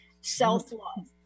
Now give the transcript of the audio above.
self-love